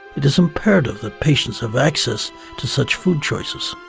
it is imperative that patients have access to such food choices.